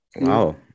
Wow